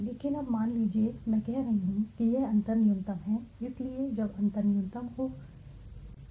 लेकिन अब मान लीजिए मैं कह रहा हूं कि यह अंतर न्यूनतम है इसलिए इसलिए जब अंतर न्यूनतम हो जो मैं कह रहा हूं कि हमें रोकें क्यों